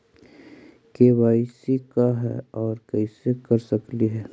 KYC का है, और कैसे कर सकली हे?